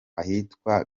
ahitwa